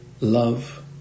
love